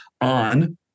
on